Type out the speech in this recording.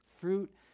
fruit